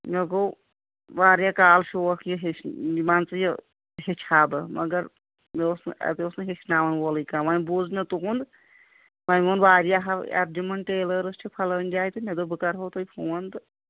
مےٚ گوٚو واریاہ کال شوق یہِ ہیچھ مان ژٕ یہِ ہیٚچھِ ہَہ بہٕ مَگر مےٚ اوس نہٕ مےٚ اوس نہٕ اَتہِ اوس نہٕ ہیٚچھناوان وولُے کانٛہہ وۄنۍ بوٗز مےٚ تُہُنٛد وَنۍ ووٚن وارِیَہَو اَرجُمَن ٹیلٔرٕز چھِ پھَلٲنۍ جاے تہٕ مےٚ دوٚپ بہٕ کَرٕ ہوو تۄہِہ فون